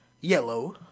yellow